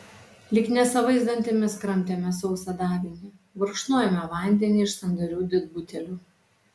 lyg nesavais dantimis kramtėme sausą davinį gurkšnojome vandenį iš sandarių didbutelių